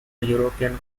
european